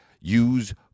Use